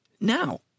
now